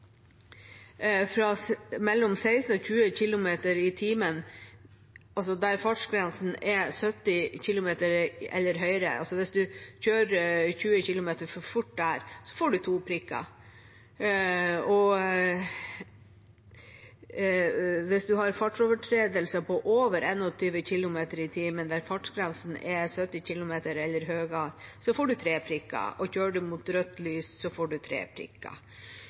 mellom 16 og 20 km/t der fartsgrensen er 70 km/t eller høyere: Hvis man kjører 20 km/t for fort der, får man to prikker. Har man en fartsovertredelse på over 21 km/t der fartsgrensen er 70 km/t eller høyere, får man tre prikker. Og kjører man mot rødt lys, får man tre prikker.